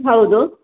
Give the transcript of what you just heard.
ಹೌದು